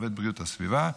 עובד בריאות הסביבה,